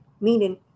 Meaning